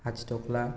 हादिद'ग्ला